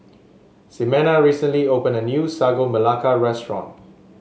Ximena recently opened a new Sagu Melaka restaurant